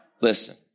Listen